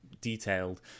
detailed